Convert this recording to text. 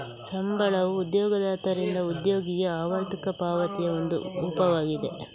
ಸಂಬಳವು ಉದ್ಯೋಗದಾತರಿಂದ ಉದ್ಯೋಗಿಗೆ ಆವರ್ತಕ ಪಾವತಿಯ ಒಂದು ರೂಪವಾಗಿದೆ